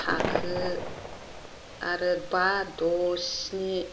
थाखो आरो बा द' स्नि